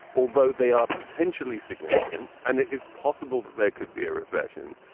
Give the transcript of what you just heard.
although they are potentially significant and it is possible that there could be a recession,